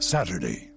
Saturday